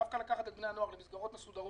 דווקא לקחת את בני הנוער למסגרות מסודרות,